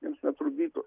jiems netrukdytų